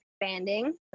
expanding